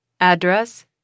Address